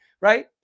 right